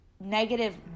negative